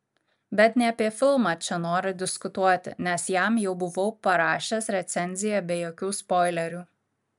bet ne apie filmą čia noriu diskutuoti nes jam jau buvau parašęs recenziją be jokių spoilerių